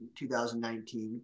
2019